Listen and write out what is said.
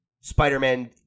Spider-Man